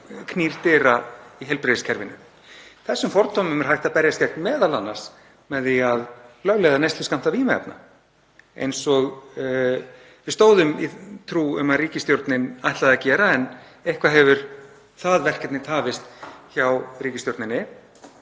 knýr dyra í heilbrigðiskerfinu. Þessum fordómum er hægt að berjast gegn, m.a. með því að lögleiða neysluskammta vímuefna, eins og við stóðum í trú um að ríkisstjórnin ætlaði að gera. En eitthvað hefur það verkefni tafist hjá ríkisstjórninni.